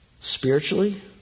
spiritually